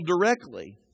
directly